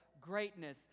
greatness